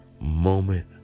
moment